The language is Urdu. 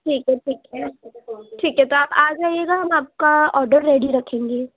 ٹھیک ہے ٹھیک ہے ٹھیک ہے تو آپ آ جائیے گا ہم آپ کا آڈر ریڈی رکھیں گے